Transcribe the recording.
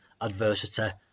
adversity